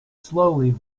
slowly